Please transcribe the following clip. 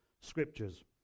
scriptures